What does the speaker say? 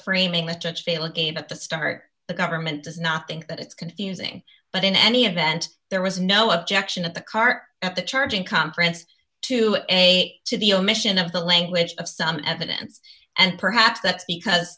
framing with judge feeling that the start the government does not think that it's confusing but in any event there was no objection at the cart at the charging conference to any to the omission of the language of some evidence and perhaps that's because